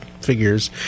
figures